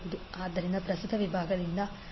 6 ಆದ್ದರಿಂದ ಪ್ರಸ್ತುತ ವಿಭಾಗದಿಂದ I1j101j10Z12∠ 90 V3I112